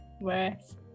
worse